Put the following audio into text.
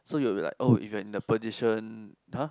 so you will be like oh if you are in the position !huh!